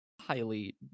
highly